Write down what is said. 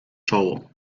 czoło